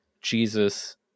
Jesus